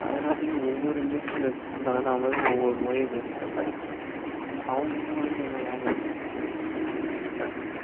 அதனாலயே ஒவ்வொரு இண்டஸ்ட்ரியல்ஸ்ஸுக்கும் தகுந்த மாதிரி ஒவ்வொரு மொழியை பேசுகிறப்ப அவுங்கவங்களுக்கு என்ன லாங்குவேஜ் வருதோ அதைதான் மெயின்டைன் பண்ணிகிட்ருக்காங்க